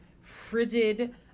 frigid